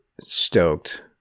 stoked